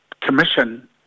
commission